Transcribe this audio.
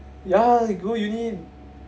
ya you go uni